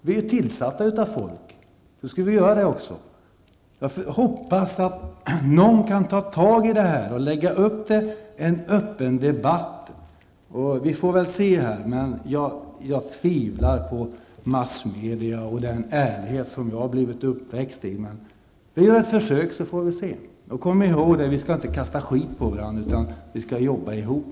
Vi är tillsatta av folket, och då skall vi handla därefter. Jag hoppas att någon kan ta tag i det här och ordna en öppen debatt. Jag tvivlar på massmedia och den ärlighet som jag har växt upp i. Men vi gör ett försök, så får vi se. Kom ihåg att vi inte skall kasta skit på varandra, utan vi skall jobba ihop!